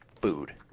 food